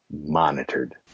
monitored